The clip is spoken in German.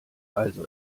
also